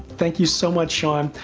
thank you so much sean,